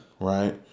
right